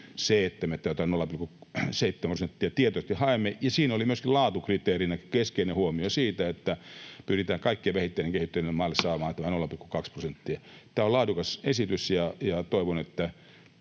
se, että me tuota 0,7:ää prosenttia tietysti haemme, ja siinä oli myöskin laatukriteerinä keskeinen huomio siitä, että pyritään kaikkein vähiten kehittyneille maille saamaan tämä 0,2 prosenttia. Tämä on laadukas esitys, ja toivon, että